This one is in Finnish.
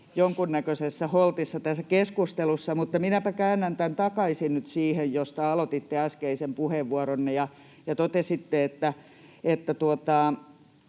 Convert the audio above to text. jonkunnäköisessä holtissa tässä keskustelussa. Mutta minäpä käännän tämän takaisin nyt siihen, mistä aloititte äskeisen puheenvuoronne. Totesitte, että